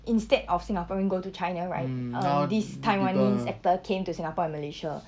instead of singaporean go to china right um this taiwanese actor came to singapore and malaysia